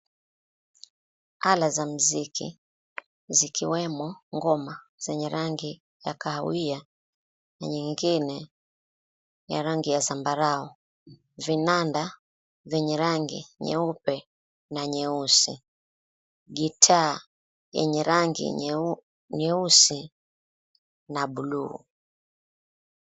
Ala za muziki zikiwemo ngoma zenye rangi ya kahawia na nyingine ya rangi ya zambarau. Vinanda vyenye rangi nyeupe na nyeusi. Gitaa yenye rangi nyeusi na buluu.